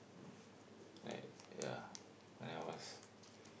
like yeah when I was